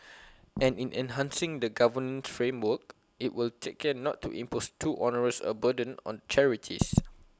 and in enhancing the governance framework IT will take care not to impose too onerous A burden on charities